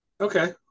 okay